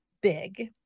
big